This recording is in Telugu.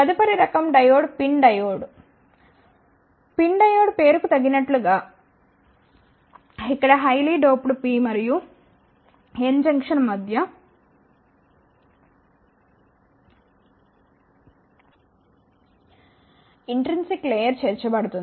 తదుపరి రకం డయోడ్పిన్ డయోడ్ పేరుకు తగినట్లు గా ఇక్కడ హైలీ డోప్డ్ P మరియు N జంక్షన్ మధ్య ఇంట్రిన్సిక్ లేయర్ చేర్చబడుతుంది